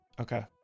Okay